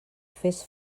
fes